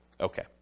Okay